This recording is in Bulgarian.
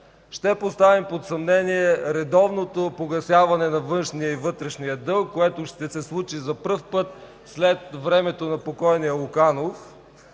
ще поставим под съмнение редовното погасяване на външния и вътрешния дълг, което ще се случи за първи път след времето на покойния Луканов”.